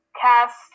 cast